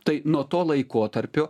tai nuo to laikotarpio